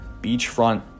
beachfront